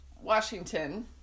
Washington